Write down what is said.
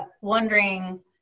wondering